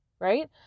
right